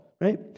right